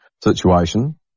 situation